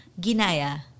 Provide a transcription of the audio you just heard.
Ginaya